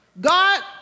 God